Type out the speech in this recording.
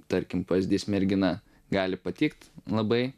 tarkim pavyzdys mergina gali patikt labai